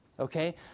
Okay